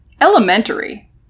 elementary